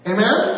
Amen